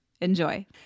Enjoy